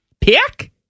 pick